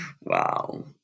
Wow